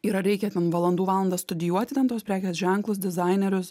yra reikia ten valandų valandas studijuoti ten tuos prekės ženklus dizainerius